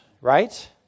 right